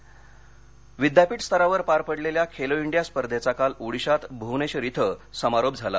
Khelo India विद्यापीठ स्तरावर पार पडलेल्या खेलो इंडिया स्पर्धेचा काल ओडिशात भुवनेश्वर इथं समारोप झाला